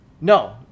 No